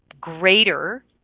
greater